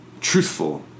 truthful